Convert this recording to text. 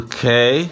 Okay